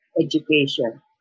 education